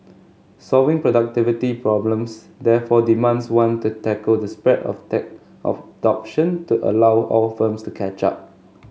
solving productivity problems therefore demands one to tackle the spread of tech adoption to allow all firms to catch up